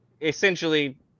essentially